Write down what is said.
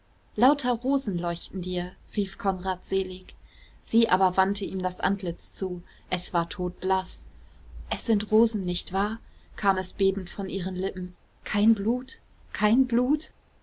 lauter rosen leuchten dir rief konrad selig sie aber wandte ihm das antlitz zu es war todblaß es sind rosen nicht wahr kam es bebend von ihren lippen kein blut kein blut